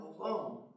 alone